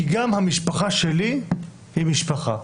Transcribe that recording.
כי גם המשפחה שלי היא משפחה.